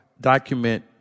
document